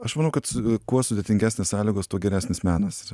aš manau kad kuo sudėtingesnės sąlygos tuo geresnis menas yra